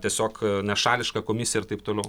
tiesiog nešališka komisija ir taip toliau